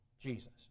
Jesus